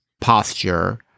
posture